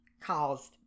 caused